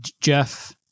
Jeff